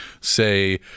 say